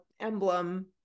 emblem